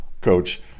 coach